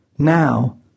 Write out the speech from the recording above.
Now